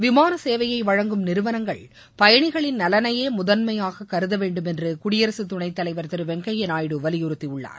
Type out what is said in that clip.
விமான சேவையை வழங்கும் நிறுவனங்கள் பயணிகளின் நலனையே முதன்மையாக கருத வேண்டும் என்று குடியரசுத் துணைத் தலைவர் திரு வெங்கய்யா நாயுடு வலியுறுத்தியுள்ளார்